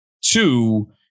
Two